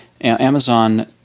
Amazon